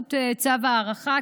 באמצעות צו הארכה,